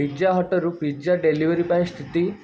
pizza ହଟ୍ରୁ pizza delivery ପାଇଁ ସ୍ଥିତି